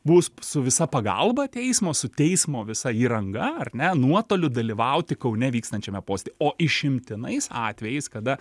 bus su visa pagalba teismo su teismo visa įranga ar ne nuotoliu dalyvauti kaune vyksiančiame posėdyje o išimtinais atvejais kada